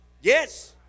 Yes